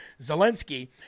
Zelensky